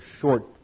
short